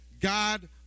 God